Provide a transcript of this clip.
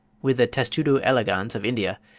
with the testudo elegans of india,